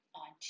on